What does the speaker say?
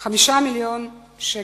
5 מיליוני שקלים.